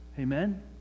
Amen